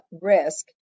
risk